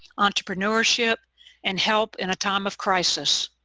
entrepreneurship and help in a time of crisis.